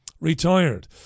retired